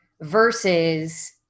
Versus